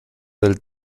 del